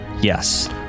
yes